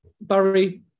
Barry